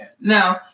Now